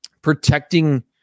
protecting